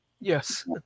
Yes